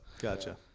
Gotcha